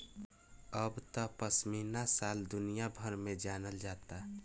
अब त पश्मीना शाल दुनिया भर में जानल जाता